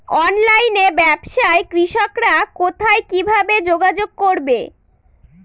অনলাইনে ব্যবসায় কৃষকরা কোথায় কিভাবে যোগাযোগ করবে?